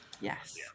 yes